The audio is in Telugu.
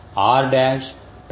r dash 1000